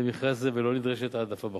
במכרז זה ולא נדרשת ההעדפה בחוק.